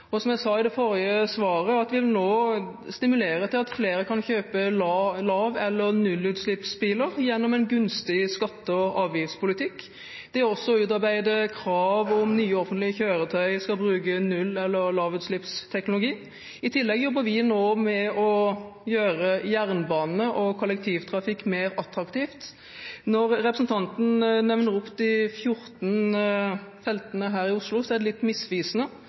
Som jeg sa i mitt forrige svar, vil vi nå stimulere til at flere kan kjøpe lav- eller nullutslippsbiler gjennom en gunstig skatte- og avgiftspolitikk og utarbeide krav om at nye offentlige kjøretøy skal bruke null- eller lavutslippsteknologi. I tillegg jobber vi med å gjøre jernbane og kollektivtrafikk mer attraktivt. Når representanten nevner de 14 feltene her i Oslo, er det litt misvisende.